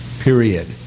period